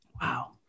wow